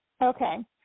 Okay